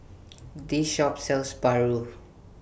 This Shop sells Paru